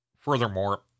Furthermore